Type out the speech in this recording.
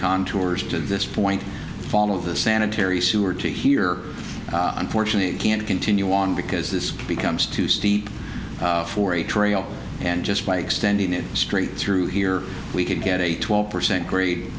contours to this point fall of the sanitary sewer to here unfortunate can't continue on because this becomes too steep for a trail and just by extending it straight through here we could get a twelve percent grade